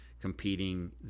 competing